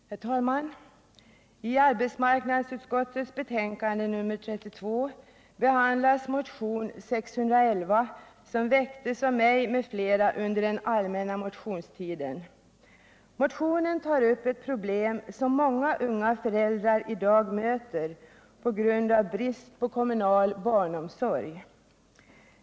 Herr talman! I arbetsmarknadsutskottets betänkande nr 32 behandlas motionen 611, som väcktes av mig m.fl. under den allmänna motionstiden. Motionen tar upp ett problem, som många unga föräldrar i dag möter på grund av brist på kommunal barnomsorg.